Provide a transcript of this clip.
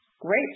Great